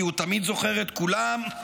כי הוא תמיד זוכר את כולם,